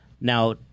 Now